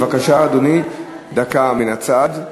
בבקשה, אדוני, דקה מן הצד.